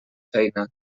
feina